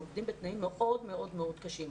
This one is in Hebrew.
הם עובדים בתנאים מאוד מאוד קשים.